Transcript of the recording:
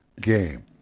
game